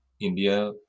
india